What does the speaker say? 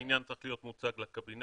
העניין צריך להיות מוצג לקבינט,